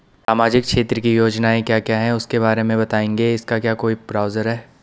सामाजिक क्षेत्र की योजनाएँ क्या क्या हैं उसके बारे में बताएँगे इसका क्या कोई ब्राउज़र है?